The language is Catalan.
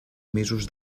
mesos